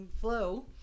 flow